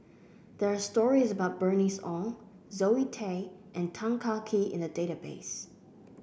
there are stories about Bernice Ong Zoe Tay and Tan Kah Kee in the database